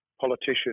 politician